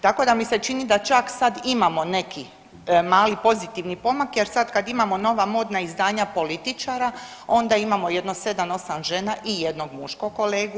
Tako da mi se čini da čak sad imamo neki mali pozitivni pomak, jer sad kad imamo nova modna izdanja političara, onda imamo jedno sedam, osam žena i jednog muškog kolegu.